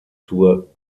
zur